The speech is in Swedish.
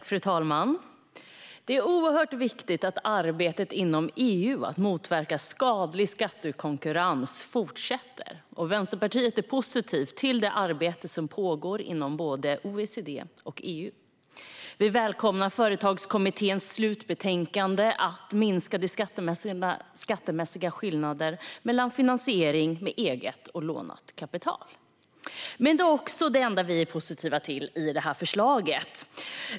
Fru talman! Det är oerhört viktigt att arbetet inom EU för att motverka skadlig skattekonkurrens fortsätter. Vänsterpartiet är positivt till det arbete som pågår inom både OECD och EU. Vi välkomnar Företagskommitténs slutbetänkande om att minska de skattemässiga skillnaderna mellan finansiering med eget och lånat kapital. Men detta är också det enda vi är positiva till i förslaget.